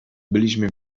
byliśmy